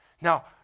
Now